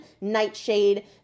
nightshade